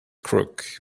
crook